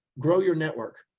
grow your network,